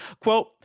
Quote